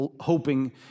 hoping